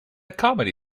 comedy